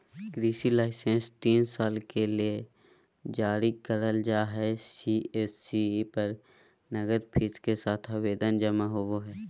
कृषि लाइसेंस तीन साल के ले जारी करल जा हई सी.एस.सी पर नगद फीस के साथ आवेदन जमा होवई हई